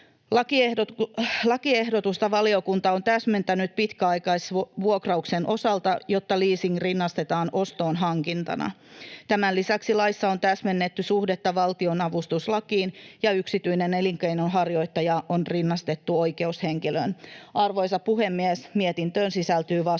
Lakiehdotusta valiokunta on täsmentänyt pitkäaikaisvuokrauksen osalta, jotta leasing rinnastetaan hankintana ostoon. Tämän lisäksi laissa on täsmennetty suhdetta valtionavustuslakiin ja yksityinen elinkeinonharjoittaja on rinnastettu oikeushenkilöön. Arvoisa puhemies! Mietintöön sisältyy vastalause.